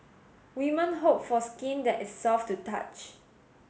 women hope for skin that is soft to touch